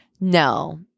No